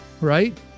right